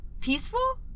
peaceful